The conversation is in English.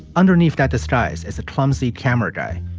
underneath that disguise as a clumsy camera guy.